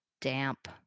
damp